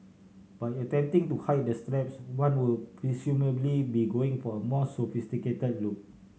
by attempting to hide the straps one would presumably be going for a more sophisticated look